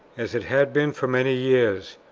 as it had been for many years,